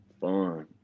fun